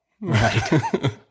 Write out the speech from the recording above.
Right